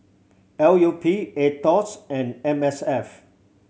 L U P Aetos and M S F